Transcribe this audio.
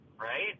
right